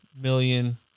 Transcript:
million